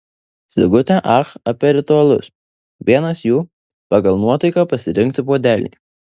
sigutė ach apie ritualus vienas jų pagal nuotaiką pasirinkti puodelį